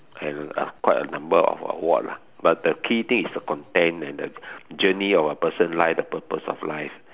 I don't know ah quite a number of award lah but the key thing is the content and the journey of the person life the purpose of life